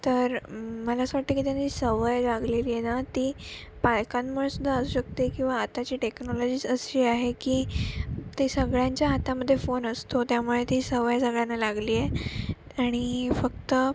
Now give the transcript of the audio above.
तर मला असं वाटतं की त्यांनी सवय लागलेली आहे ना ती पालकांमुळे सुद्धा असू शकते किंवा आताची टेक्नॉलॉजीच अशी आहे की ती सगळ्यांच्या हातामध्ये फोन असतो त्यामुळे ती सवय सगळ्यांना लागली आहे आणि फक्त